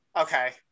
Okay